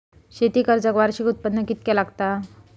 शेती कर्जाक वार्षिक उत्पन्न कितक्या लागता?